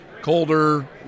colder